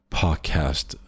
podcast